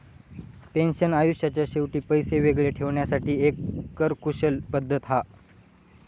pension आयुष्याच्या शेवटी पैशे वेगळे ठेवण्यासाठी एक कर कुशल पद्धत हा